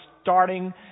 starting